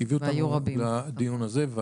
שהביאו אותנו לדיון הזה.